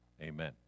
Amen